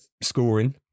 scoring